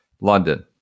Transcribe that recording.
London